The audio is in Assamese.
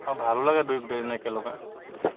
অঁ ভালো লাগে দৌৰি দৌৰি একেলগে